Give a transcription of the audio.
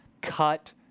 cut